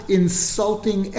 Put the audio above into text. insulting